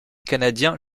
canadien